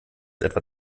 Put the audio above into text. etwa